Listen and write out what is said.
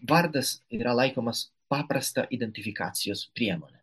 vardas yra laikomas paprasta identifikacijos priemone